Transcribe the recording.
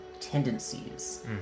tendencies